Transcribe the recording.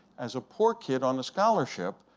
as a poor kid on a scholarship,